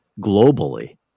globally